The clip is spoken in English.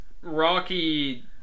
Rocky